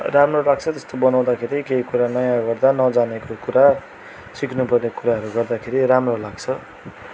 राम्रो लाग्छ त्यस्तो बनाउँदाखेरि केही कुरा नयाँ गर्दा नजानेको कुरा सिक्नुपर्ने कुराहरू गर्दाखेरि राम्रो लाग्छ